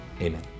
Amen